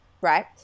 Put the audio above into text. right